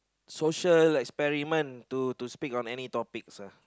social experiments to to speak on any topics uh